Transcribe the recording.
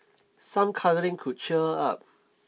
some cuddling could cheer her up